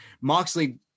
moxley